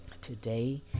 today